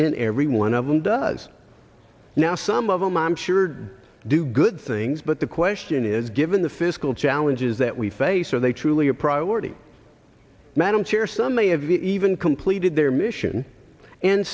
and every one of them does now some of them i'm sure do do good things but the question is given the fiscal challenges that we face are they truly a priority madam chair some may have even completed their mission and